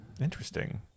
interesting